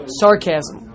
sarcasm